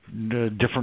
different